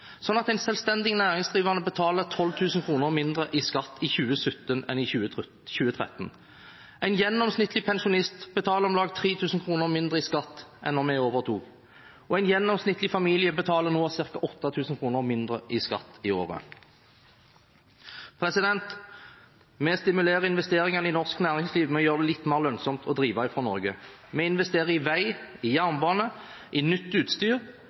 at en selvstendig næringsdrivende betaler 12 000 kr mindre i skatt i 2017 enn i 2013. En gjennomsnittlig pensjonist betaler om lag 3 000 kr mindre i skatt enn da vi overtok, og en gjennomsnittlig familie betaler nå ca. 8 000 kr mindre i skatt i året. Vi stimulerer til investeringer i norsk næringsliv ved å gjøre det litt mer lønnsomt å drive fra Norge. Vi investerer i vei, i jernbane, i nytt utstyr,